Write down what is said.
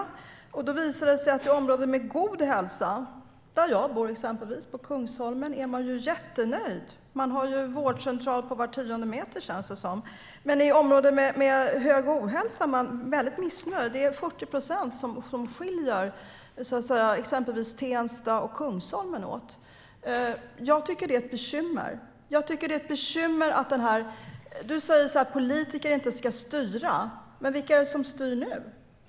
Det har då visat sig att i områden med god hälsa, där jag bor exempelvis, på Kungsholmen, är man jättenöjd. Man har en vårdcentral på var tionde meter, känns det som. Men i områden med hög ohälsa är man väldigt missnöjd. Det är 40 procent som skiljer exempelvis Tensta och Kungsholmen åt. Jag tycker att detta är ett bekymmer. Du säger att politiker inte ska styra. Men vilka är det som styr nu?